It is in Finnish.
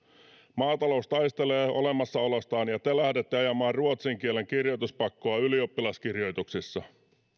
maatalous taistelee olemassaolostaan ja te lähdette ajamaan ruotsin kielen kirjoituspakkoa ylioppilaskirjoituksissa